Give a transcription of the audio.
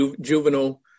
juvenile